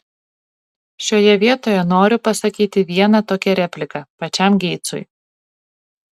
šioje vietoje noriu pasakyti vieną tokią repliką pačiam geitsui